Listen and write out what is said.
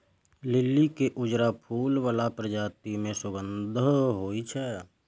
लिली के उजरा फूल बला प्रजाति मे सुगंध होइ छै